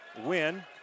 win